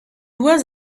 was